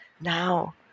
now